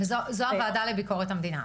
וזו הוועדה לביקורת המדינה,